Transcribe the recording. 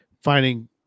finding